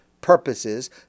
purposes